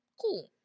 cool